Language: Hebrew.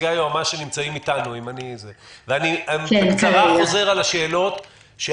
אני חושב בקצרה על השאלות.